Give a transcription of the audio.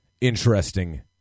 interesting